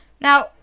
Now